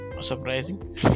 surprising